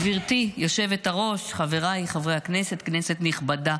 גברתי היושבת-ראש, חבריי חברי הכנסת, כנסת נכבדה,